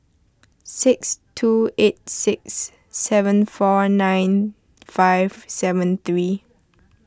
six two eight six seven four nine five seven three